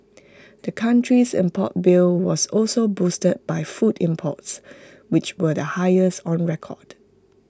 the country's import bill was also boosted by food imports which were the highest on record